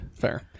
fair